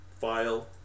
file